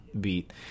beat